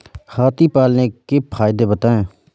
हाथी पालने के फायदे बताए?